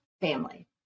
family